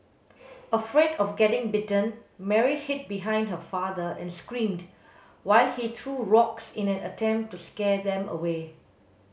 afraid of getting bitten Mary hid behind her father and screamed while he threw rocks in an attempt to scare them away